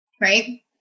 right